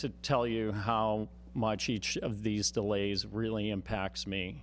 to tell you how much each of these delays really impacts me